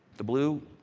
the blue,